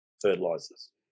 fertilizers